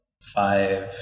five